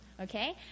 Okay